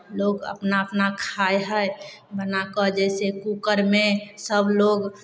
लोक अपना अपना खाइ हइ बना कऽ जइसे कूकरमे सभ लोक